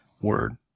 word